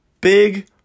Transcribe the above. Big